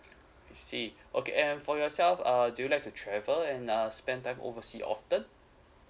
I see okay and for yourself err do you like to travel and uh spend time oversea often